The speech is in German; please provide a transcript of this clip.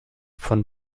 von